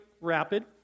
rapid